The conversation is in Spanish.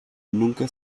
nunca